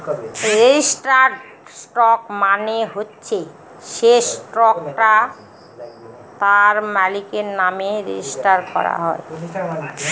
registered stock মানে হচ্ছে সে স্টকটা তার মালিকের নামে রেজিস্টার করা হয়